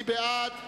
מי בעד?